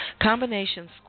Combination